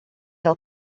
fel